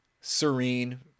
serene